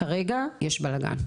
כרגע, יש בלגן,